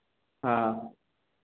हाँ